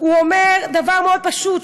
הוא אומר דבר מאוד פשוט,